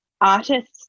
artists